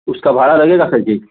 उसका भाड़ा लगेगा सर जी